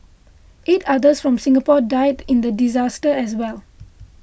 eight others from Singapore died in the disaster as well